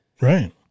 Right